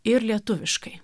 ir lietuviškai